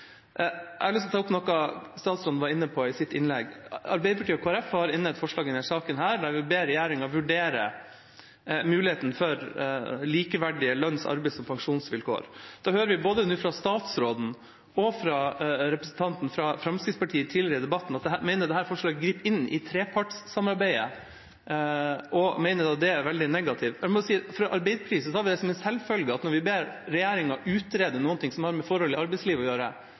jeg tror 99 pst. av Stortingets medlemmer kunne sagt seg helt enig i på ethvert tidspunkt. Jeg har lyst å ta opp noe som statsråden var inne på i sitt innlegg: Arbeiderpartiet og Kristelig Folkeparti har et forslag i denne saken hvor vi ber regjeringa vurdere muligheten for likeverdige lønns-, arbeids- og pensjonsvilkår. Vi hører fra både statsråden og representanten fra Fremskrittspartiet tidligere i debatten at man mener at dette forslaget griper inn i trepartssamarbeidet, og at dette er veldig negativt. Når vi fra Arbeiderpartiets side ber regjeringa utrede noe som har med forhold i arbeidslivet å gjøre,